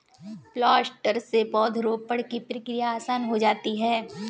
planter से पौधरोपण की क्रिया आसान हो जाती है